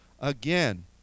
again